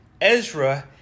Ezra